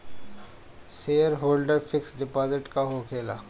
Shareholder fix deposit का होखे ला?